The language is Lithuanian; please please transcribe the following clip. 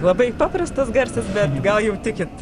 labai paprastas garsas bet gal jau tikit